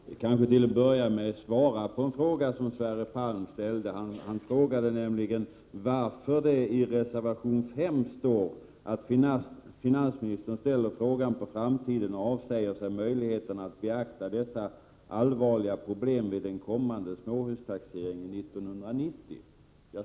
Jag skall i stället börja med att svara på en fråga som Sverre Palm ställde, nämligen varför det i reservation 5 står att ”finansministern ställer frågan på framtiden och avsäger sig möjligheterna att beakta dessa allvarliga problem vid den kommande småhustaxeringen 1990”.